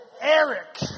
Eric